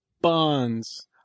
bonds